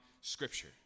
scripture